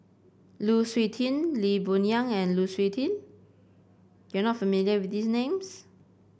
Lu Suitin Lee Boon Yang and Lu Suitin you are not familiar with these names